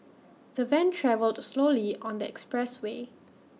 the van travelled slowly on the expressway